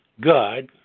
God